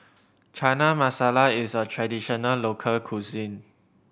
Chana Masala is a traditional local cuisine